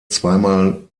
zweimal